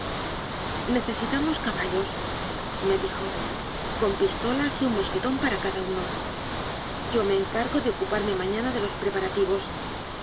necesita mos caballosme dijo con pistolas y un mosquetón para cada uno yo me encargo de ocupar me mañana de los preparativos